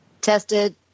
Tested